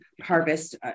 harvest